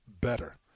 better